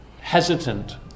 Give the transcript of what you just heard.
hesitant